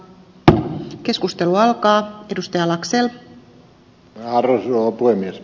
tänään keskustelua joka edusti al arvoisa rouva puhemies